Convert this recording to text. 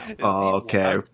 Okay